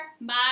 Bye